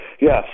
yes